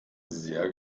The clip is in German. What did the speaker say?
sehr